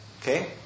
Okay